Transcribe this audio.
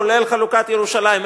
כולל חלוקת ירושלים.